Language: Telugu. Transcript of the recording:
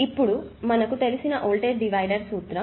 ఇప్పుడు మనకు తెలిసిన వోల్టేజ్ డివైడర్ సూత్రం